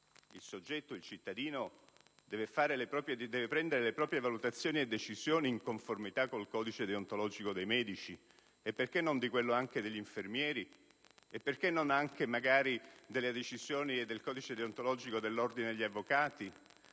Il soggetto, il cittadino deve prendere le proprie valutazioni e decisioni in conformità col codice deontologico dei medici? E perché allora non anche di quello degli infermieri? O delle decisioni e del codice deontologico dell'ordine degli avvocati?